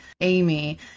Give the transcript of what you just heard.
Amy